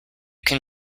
can